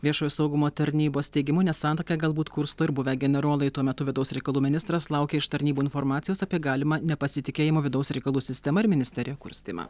viešojo saugumo tarnybos teigimu nesantaiką galbūt kursto ir buvę generolai tuo metu vidaus reikalų ministras laukia iš tarnybų informacijos apie galimą nepasitikėjimą vidaus reikalų sistema ir ministerija kurstymą